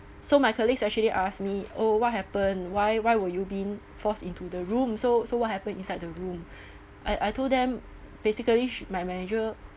so my colleagues actually ask me oh what happened why why were you been forced into the room so so what happened inside the room I I told them basically my manager